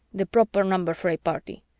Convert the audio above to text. the proper number for a party.